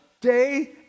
day